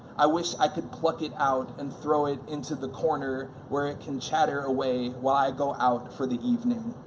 i wish i could pluck it out and throw it into the corner, where it can chatter away while i go out for the evening.